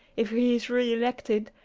if he is re-elected,